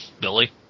Billy